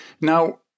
now